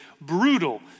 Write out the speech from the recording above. brutal